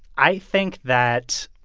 i think that,